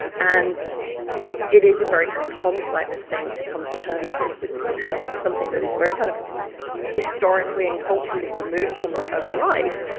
and it is a very kind of complex thing to come to terms with, with something that is very kind of historically and culturally removed from my own life,